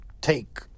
take